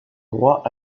droit